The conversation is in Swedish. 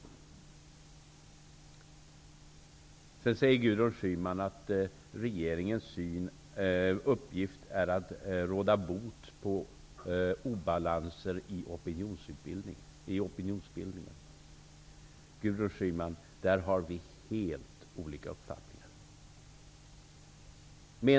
Sedan säger Gudrun Schyman att regeringens uppgift är att råda bot på obalanser i opinionsbildningen. Där har vi, Gudrun Schyman, helt olika uppfattningar.